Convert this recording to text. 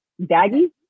Daggy